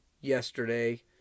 yesterday